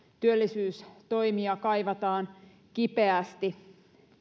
työllisyystoimia kaivataan kipeästi